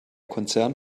konzern